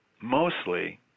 mostly